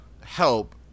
help